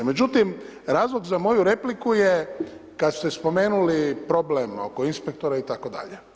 Međutim, razlog za moju repliku je kad ste spomenuli problem oko inspektora itd.